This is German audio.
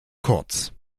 kurz